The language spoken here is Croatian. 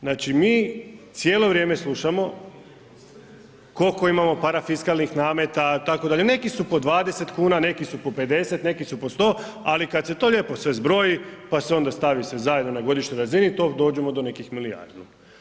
Znači mi cijelo vrijeme slušamo koliko imamo parafiskalnih nameta itd., neki su po 20 kuna, neki su po 50, neki su po 100 ali kada se to lijepo sve zbroji pa se onda stavi zajedno na godišnjoj razini to dođemo do nekih milijardu.